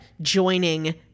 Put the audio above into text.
joining